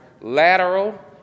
lateral